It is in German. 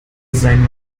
sein